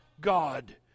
God